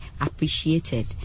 appreciated